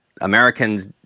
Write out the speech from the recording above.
Americans